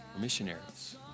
missionaries